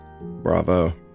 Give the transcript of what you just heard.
bravo